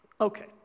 Okay